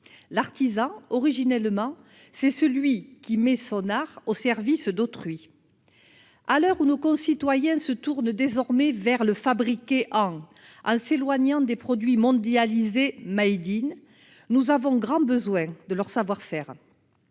l'artisan, c'est celui qui met son art au service d'autrui. À l'heure où nos concitoyens se tournent vers le « fabriqué en » et s'éloignent des produits mondialisés «», nous avons grand besoin d'un tel savoir-faire.